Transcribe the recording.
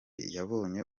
yabonye